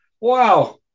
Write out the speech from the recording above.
wow